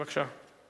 בבקשה.